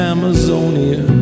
Amazonia